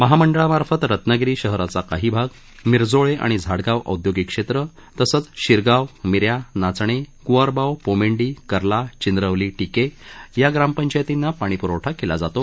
महामंडळामार्फत रत्नागिरी शहराचा काही भाग मिरजोळे आणि झाडगाव औदयोगिक क्षेत्र तसंच मिरजोळे शिरगाव मिऱ्या नाचणे कुवारबाव पोमेंडी कर्ला चिंद्रवली टिके या ग्रामपंचायतींना पाणीप्रवठा केला जातो